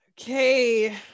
Okay